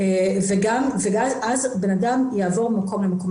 וגם אז בן-אדם יעבור ממקום למקום.